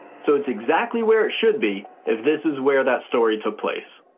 so it's exactly where it should be if this is where that story took place.